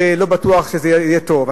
לא בטוח שזה יהיה טוב.